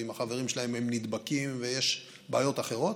ועם החברים שלהם הם נדבקים ויש בעיות אחרות,